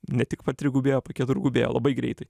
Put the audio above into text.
ne tik patrigubėjo paketurgubėjo labai greitai